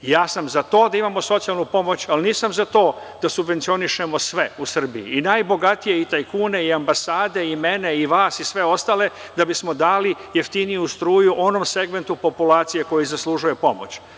Ja sam za to da imamo socijalnu pomoć, ali nisam za to da subvencionišemo sve u Srbiji, i najbogatije, i tajkune, i ambasade, i mene, i vas, i sve ostale, da bismo dali jeftiniju struju onom segmentu populacije koji zaslužuje pomoć.